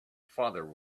father